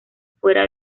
fuera